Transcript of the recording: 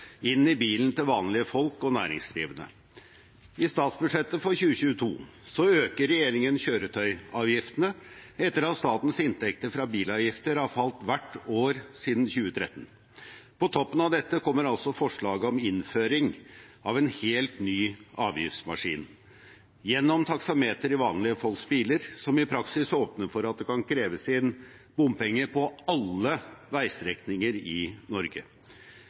inn i bilen til vanlige folk og næringsdrivende. I statsbudsjettet for 2022 øker regjeringen kjøretøyavgiftene etter at statens inntekter fra bilavgifter har falt hvert år siden 2013. På toppen av dette kommer altså forslaget om innføring av en helt ny avgiftsmaskin gjennom taksameter i vanlige folks biler, noe som i praksis åpner for at det kan kreves inn bompenger på alle veistrekninger i Norge.